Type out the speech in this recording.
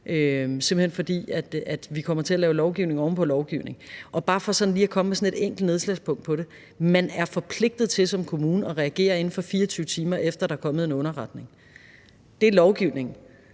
til at lave lovgivning oven på lovgivning. Hvis jeg bare lige skal komme med et enkelt nedslagspunkt på det, vil jeg sige, at man er forpligtet til som kommune at reagere inden for 24 timer, efter at der er kommet en underretning. Det er lovgivning.